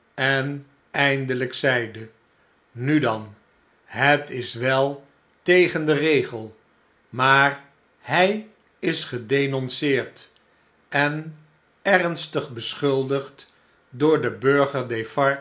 en eindelijk zeide b nu dan het is wel tegen den regel maar hy is gedenonceerd en ernstig beschuldigd door den burger